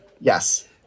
Yes